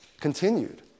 continued